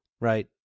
right